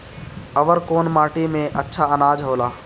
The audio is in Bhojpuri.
अवर कौन माटी मे अच्छा आनाज होला?